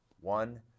One